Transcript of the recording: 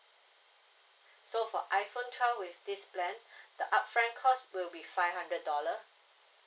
so iphone twelve with this plan the upfront cost will be five hundred dollar